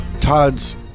Todd's